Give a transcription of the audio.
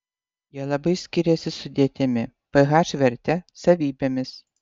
jie labai skiriasi sudėtimi ph verte savybėmis